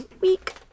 week